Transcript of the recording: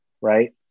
Right